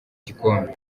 igikombe